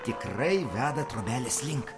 tikrai veda trobelės link